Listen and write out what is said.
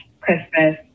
Christmas